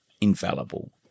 infallible